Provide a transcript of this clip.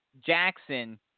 Jackson